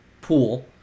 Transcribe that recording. pool